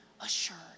assured